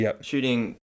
shooting